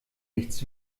nichts